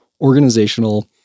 organizational